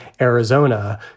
Arizona